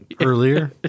Earlier